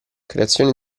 creazione